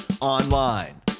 online